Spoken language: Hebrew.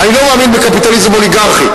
אני לא מאמין בקפיטליזם אוליגרכי,